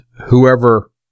whoever